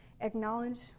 acknowledge